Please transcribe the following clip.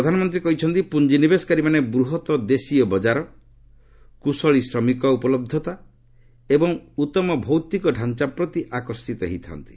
ପ୍ରଧାନମନ୍ତ୍ରୀ କହିଛନ୍ତି ପୁଞ୍ଜିନିବେଶକାରୀମାନେ ବୃହତ୍ ଦେଶୀୟ ବଜାର କୁଶଳୀ ଶ୍ରମିକ ଉପଳହ୍ୱତା ଏବଂ ଉତ୍ତମ ଭୌତିକ ଡାଞ୍ଚାପ୍ରତି ଆକର୍ଷୀତ ହୋଇଥାନ୍ତି